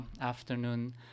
afternoon